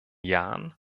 jahren